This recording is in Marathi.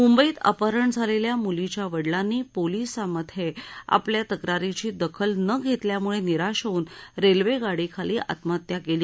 मुंबईत अपहरण झालेल्या मुलीच्या वडिलांनी पोलिसामधे आपल्या तक्रारीची दखल न घेतल्यामुळे निराश होऊन रेल्वेगाडीखाली आत्महत्या केली